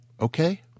Okay